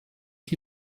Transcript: chi